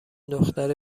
دختر